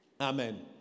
Amen